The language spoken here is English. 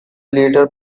little